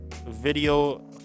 video